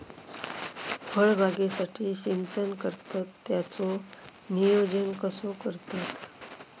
फळबागेसाठी सिंचन करतत त्याचो नियोजन कसो करतत?